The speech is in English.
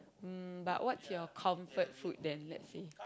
um but what's your comfort food then let's say